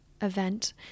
event